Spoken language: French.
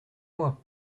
mois